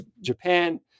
Japan